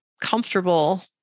comfortable